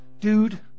Dude